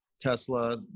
Tesla